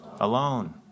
alone